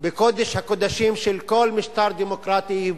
בקודש הקודשים של כל משטר דמוקרטי,